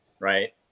right